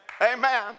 Amen